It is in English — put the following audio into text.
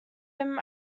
him